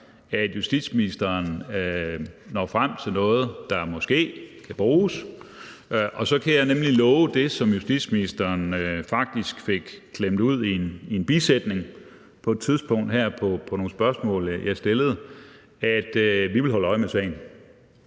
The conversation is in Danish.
at justitsministeren når frem til noget, der måske kan bruges. Så kan jeg nemlig love det, som justitsministeren faktisk fik klemt ud i en bisætning på et tidspunkt her i forbindelse med nogle spørgsmål, jeg stillede, nemlig at vi vil holde øje med sagen.